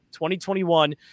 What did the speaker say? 2021